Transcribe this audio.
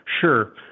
Sure